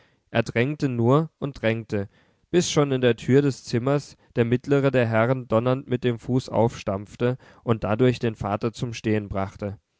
er drängte nur und drängte bis schon in der tür des zimmers der mittlere der herren donnernd mit dem fuß aufstampfte und dadurch den vater zum stehen brachte